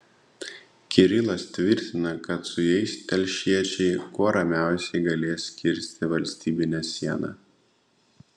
kirilas tvirtina kad su jais telšiečiai kuo ramiausiai galės kirsti valstybinę sieną